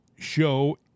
show